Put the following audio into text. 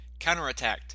Counterattacked